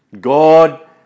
God